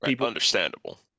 Understandable